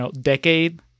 decade